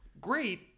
great